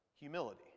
humility